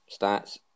stats